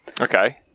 Okay